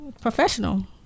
professional